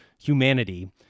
humanity